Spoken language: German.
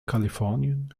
kalifornien